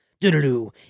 do-do-do